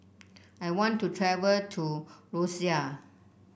I want to travel to Roseau